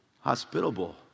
hospitable